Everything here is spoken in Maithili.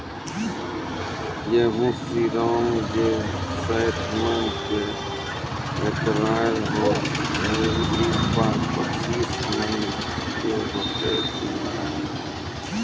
गेहूँ श्रीराम जे सैठ मन के एकरऽ होय रहे ई बार पचीस मन के होते कि नेय?